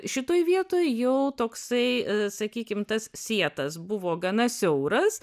šitoj vietoj jau toksai sakykim tas sietas buvo gana siauras